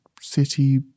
city